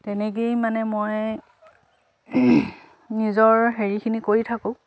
তেনেকৈয়ে মানে মই নিজৰ হেৰিখিনি কৰি থাকোঁ